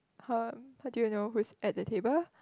her how do you know who's at the table